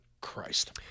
Christ